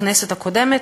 בכנסת הקודמת,